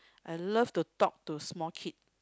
I love to talk to small kid